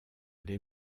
les